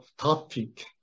topic